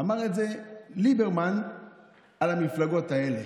אמר את זה ליברמן על המפלגות האלה.